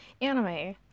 Anime